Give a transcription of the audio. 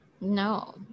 No